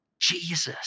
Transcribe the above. Jesus